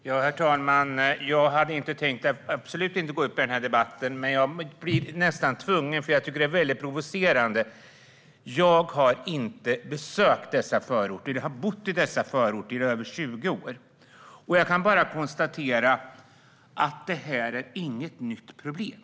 Herr talman! Jag hade inte tänkt gå upp i denna debatt, men jag känner mig tvungen eftersom jag blir så provocerad. Jag har inte besökt dessa förorter; jag har bott i dessa förorter i över 20 år, och jag kan konstatera att detta inte är något nytt problem.